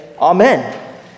Amen